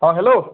অঁ হেল্ল'